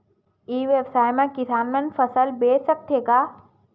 ई व्यवसाय म किसान मन फसल बेच सकथे का?